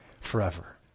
forever